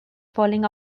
falling